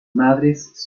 madres